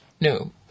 No